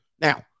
Now